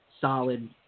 solid